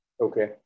Okay